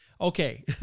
Okay